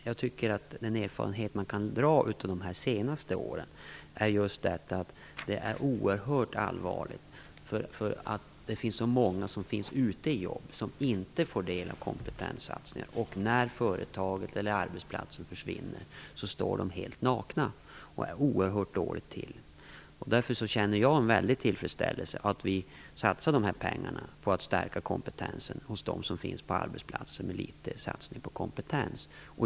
Jag tycker att den erfarenhet man kan dra av de senaste åren är att det är oerhört allvarligt. Det finns så många ute i jobb som inte får del av kompetenssatsningar. När företaget eller arbetsplatser försvinner står de helt "nakna" och ligger oerhört dåligt till. Därför känner jag en stor tillfredsställelse i att vi satsar de här pengarna på att stärka kompetensen för dem som arbetar på arbetsplatser där det bara satsas litet på kompetens.